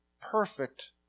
perfect